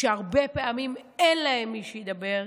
שהרבה פעמים אין להם מי שידבר,